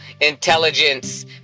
intelligence